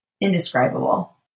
indescribable